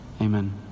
Amen